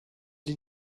did